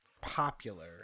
popular